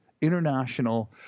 international